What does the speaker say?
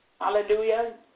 Hallelujah